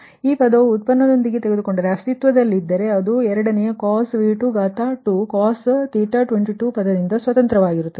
ಆದ್ದರಿಂದ ನೀವು ಈ ಪದವನ್ನು ಡೇರಿವಿಟಿವದೊಂದಿಗೆ ತೆಗೆದುಕೊಂಡಾಗ ಅಸ್ತಿತ್ವದಲ್ಲಿದ್ದರೆ ಅದು ಎರಡನೆಯ 2 cos ಪದದಿಂದ ಸ್ವತಂತ್ರವಾಗಿರುತ್ತದೆ